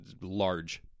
large